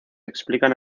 explican